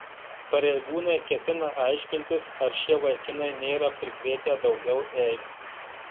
pareigūnai ketina aiškintis ar šie vaikinai nėra prikrėtę daugiau eibių